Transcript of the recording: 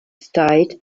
state